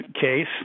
case